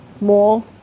more